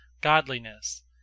godliness